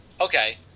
Okay